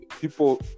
people